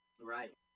Right